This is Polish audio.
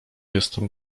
jestem